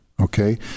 okay